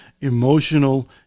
emotional